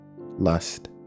lust